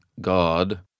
God